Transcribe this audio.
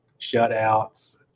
shutouts